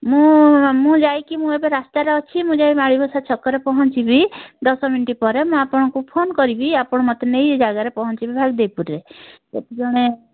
ମୁଁ ମୁଁ ଯାଇକି ମୁଁ ଏବେ ରାସ୍ତାରେ ଅଛି ମୁଁ ଯାଇକି ମଳିବସା ଛକରେ ପହଞ୍ଚିବି ଦଶ ମିନିଟ ପରେ ମୁଁ ଆପଣଙ୍କୁ ଫୋନ କରିବି ଆପଣ ମୋତେ ନେଇ ଏଇ ଜାଗାରେ ପହଞ୍ଚାଇବେ ଭାଲଦେଇପୁରରେ ସେଠୁ ଜଣେ